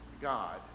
god